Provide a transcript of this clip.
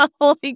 Holy